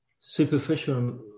superficial